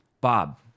Bob